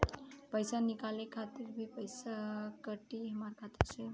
पईसा निकाले खातिर भी पईसा कटी हमरा खाता से?